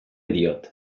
diot